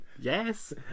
yes